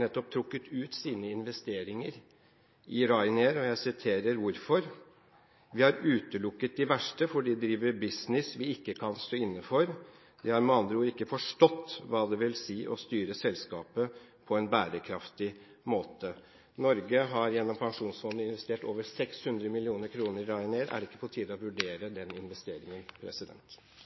nettopp trukket ut sine investeringer i Ryanair. Jeg siterer hvorfor: «Vi har utelukket de verste fordi de driver business vi ikke kan stå inne for. De har med andre ord ikke forstått hva det vil si å styre selskapet på en bærekraftig måte.» Norge har gjennom Pensjonsfondet investert over 600 mill. kr i Ryanair. Er det ikke på tide å vurdere den investeringen?